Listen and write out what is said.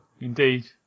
Indeed